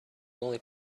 only